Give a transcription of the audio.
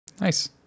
Nice